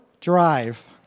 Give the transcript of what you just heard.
Drive